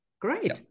great